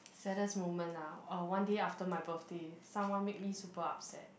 saddest moment ah uh one day after my birthday someone made me super upset